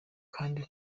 kandi